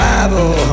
Bible